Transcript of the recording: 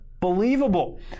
believable